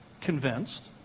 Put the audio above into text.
convinced